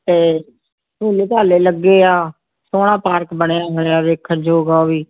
ਅਤੇ ਝੂਲੇ ਝਾਲੇ ਲੱਗੇ ਆ ਸੋਹਣਾ ਪਾਰਕ ਬਣਿਆ ਹੋਇਆ ਵੇਖਣ ਯੋਗ ਆ ਉਹ ਵੀ